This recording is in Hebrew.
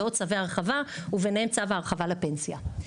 ביניהם עוד צווי הרחבה וביניהם צו ההרחבה לפנסיה.